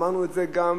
אמרנו את זה גם